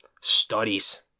Studies